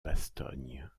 bastogne